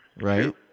Right